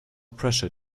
pressure